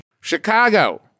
Chicago